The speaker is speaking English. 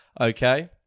okay